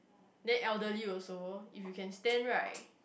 then elderly also if you can stand right